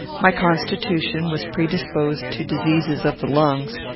my constitution was predisposed to diseases of the lungs,